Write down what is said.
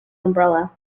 umbrella